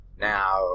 Now